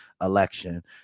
election